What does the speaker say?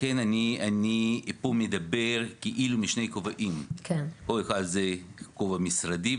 אני מדבר פה כאילו בשני כובעים: כובע אחד זה כובע משרדי,